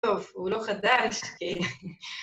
‫טוב, הוא לא חדש, כי...